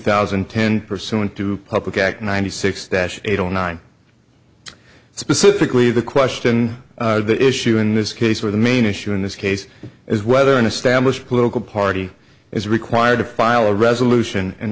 thousand and ten pursuant to a public act ninety six that eight or nine specifically the question of the issue in this case where the main issue in this case is whether an established political party is required to file a resolution in